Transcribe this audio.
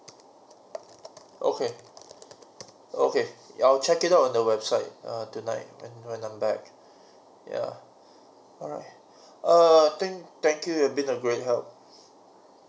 okay okay I'll check it out on the website err tonight when when I'm back yeah alright err thank thank you you've been a great help